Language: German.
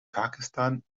pakistan